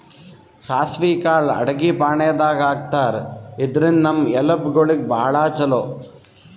ಸಾಸ್ವಿ ಕಾಳ್ ಅಡಗಿ ಫಾಣೆದಾಗ್ ಹಾಕ್ತಾರ್, ಇದ್ರಿಂದ್ ನಮ್ ಎಲಬ್ ಗೋಳಿಗ್ ಭಾಳ್ ಛಲೋ